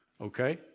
okay